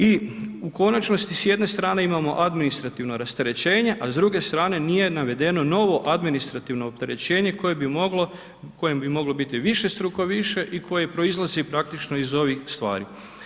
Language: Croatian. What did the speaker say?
I u konačnosti, s jedne strane imamo administrativno rasterećenje, a s druge strane nije navedeno novo administrativno opterećenje koje bi moglo, u kojem bi moglo biti višestruko više i koji proizlazi praktično iz ovih stvari.